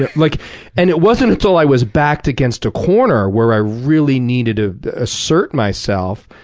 it like and it wasn't until i was backed against a corner where i really needed ah assert myself.